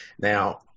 Now